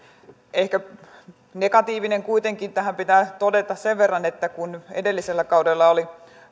ehkä negatiivisesti kuitenkin tähän pitää todeta sen verran että kun edellisellä kaudella oli